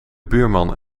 buurman